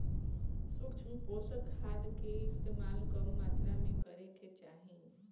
सूक्ष्म पोषक खाद कअ इस्तेमाल कम मात्रा में करे के चाही